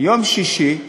יום שישי,